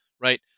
right